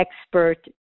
expert